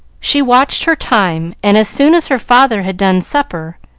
she watched her time, and as soon as her father had done supper,